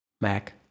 Mac